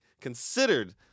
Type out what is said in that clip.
considered